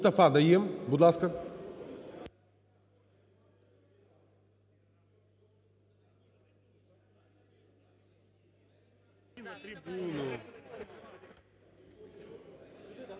Мустафа Найєм, будь ласка.